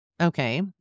Okay